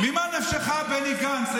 ממה נפשך, בני גנץ?